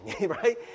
right